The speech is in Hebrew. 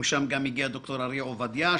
משם גם הגיע ד"ר אריה עובדיה,